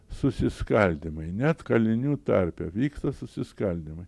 susiskaldymai net kalinių tarpe vyksta susiskaldymai